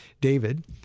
David